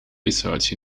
research